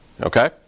okay